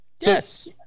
Yes